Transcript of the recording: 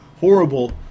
horrible